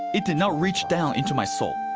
it did not reach down into my soul.